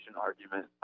argument